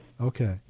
Okay